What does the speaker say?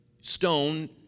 stone